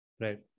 Right